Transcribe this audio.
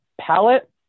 palette